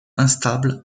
instable